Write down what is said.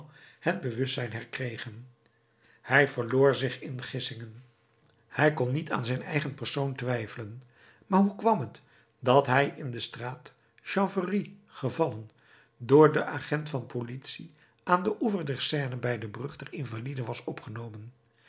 zijn bewustzijn herkregen hij verloor zich in gissingen hij kon niet aan zijn eigen persoon twijfelen maar hoe kwam het dat hij in de straat chanvrerie gevallen door den agent van politie aan den oever der seine bij de brug der invaliden was opgenomen